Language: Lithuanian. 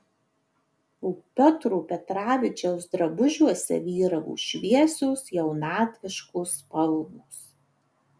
o piotro petravičiaus drabužiuose vyravo šviesios jaunatviškos spalvos